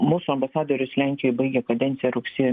mūsų ambasadorius lenkijoj baigė kadenciją rugsėjo